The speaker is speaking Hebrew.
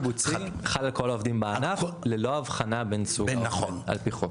הקיבוצי חל על כל העובדים בענף ללא הבחנה בין סוג העובד על פי חוק.